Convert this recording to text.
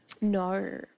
no